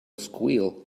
squeal